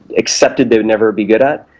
accepted they would never be good at,